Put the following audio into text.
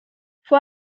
fue